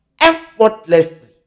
effortlessly